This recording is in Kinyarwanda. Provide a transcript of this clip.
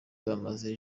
bamaze